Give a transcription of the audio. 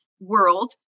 World